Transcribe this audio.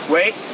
Wait